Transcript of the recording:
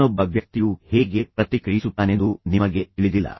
ಇನ್ನೊಬ್ಬ ವ್ಯಕ್ತಿಯು ಹೇಗೆ ಪ್ರತಿಕ್ರಿಯಿಸುತ್ತಾನೆಂದು ನಿಮಗೆ ತಿಳಿದಿಲ್ಲ